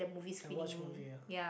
and watch movie ah